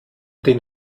den